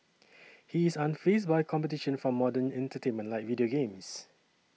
he is unfazed by competition from modern entertainment like video games